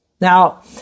Now